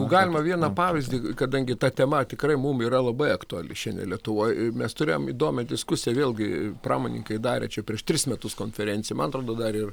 galima vieną pavyzdį kadangi ta tema tikrai mum yra labai aktuali šiandien lietuvoj mes turėjom įdomią diskusiją vėlgi pramonininkai darė čia prieš tris metus konferenciją man atrodo dar ir